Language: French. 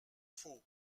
faux